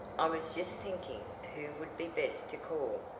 i was just thinking who would be best to call,